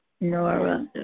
Nora